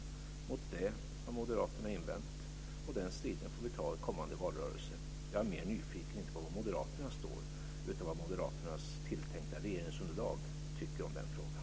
Mot det har Moderaterna invänt. Den striden får vi ta i kommande valrörelse. Jag är nyfiken inte på var Moderaterna står utan mer på vad Moderaternas tilltänkta regeringsunderlag tycker i den frågan.